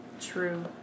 True